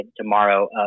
tomorrow